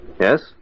Yes